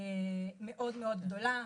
מאוד מאוד גדולה.